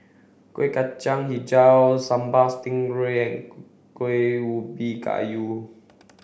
Kuih Kacang Hijau Sambal Stingray and Kuih Ubi Kayu